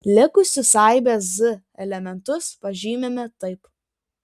likusius aibės z elementus pažymime taip